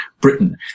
Britain